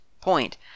point